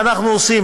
ואנחנו עושים,